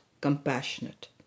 compassionate